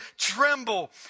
tremble